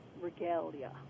regalia